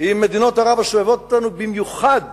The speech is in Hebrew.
עם מדינות ערב הסובבות אותנו, במיוחד